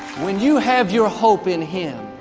when you have your hope in him,